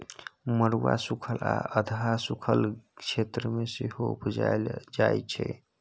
मरुआ सुखल आ अधहा सुखल क्षेत्र मे सेहो उपजाएल जाइ छै